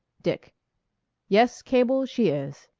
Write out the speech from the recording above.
dick yes, cable, she is.